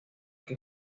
que